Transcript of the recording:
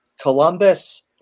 Columbus